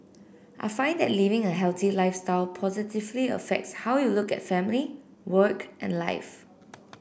I find that living a healthy lifestyle positively affects how you look at family work and life